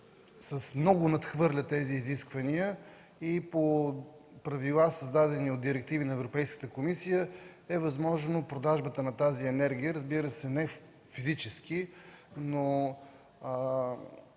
с много надхвърля тези изисквания и по правила, създадени от директиви на Европейската комисия, е възможно продажбата на тази енергия, разбира се, не физически, но